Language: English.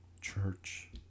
Church